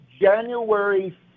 January